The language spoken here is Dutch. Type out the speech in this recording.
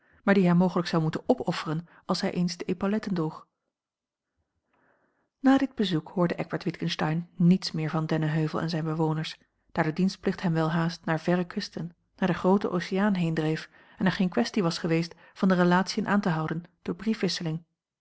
maar dien hij mogelijk zou moeten opofferen als hij eens de epauletten droeg na dit bezoek hoorde eckbert witgensteyn niets meer van dennenheuvel en zijne bewoners daar de dienstplicht hem welhaast naar verre kusten naar den grooten oceaan heendreef en er geene kwestie was geweest van de relatiën aan te houden door briefwisseling